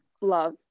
Love